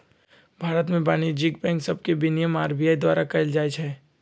भारत में वाणिज्यिक बैंक सभके विनियमन आर.बी.आई द्वारा कएल जाइ छइ